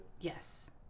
Yes